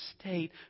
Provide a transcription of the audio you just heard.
state